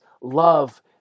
love